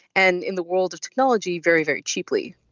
and in the world of technology, very, very cheaply